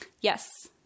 Yes